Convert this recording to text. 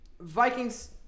Vikings